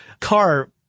car